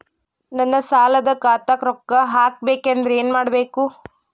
ನನ್ನ ಸಾಲದ ಖಾತಾಕ್ ರೊಕ್ಕ ಹಾಕ್ಬೇಕಂದ್ರೆ ಏನ್ ಮಾಡಬೇಕು?